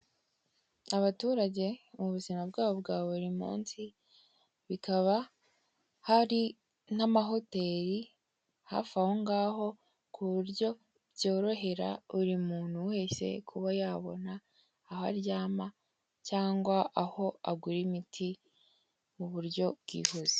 Abaturage mubuzima bwabo bwa burimunsi, bikaba hari n'amahoteri hafi ahongaho kuburyo byorohera buri muntu wese kuba yabona aho aryama cyangwa aho agura imiti muburyo bwihuse.